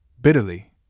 bitterly